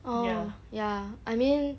orh ya I mean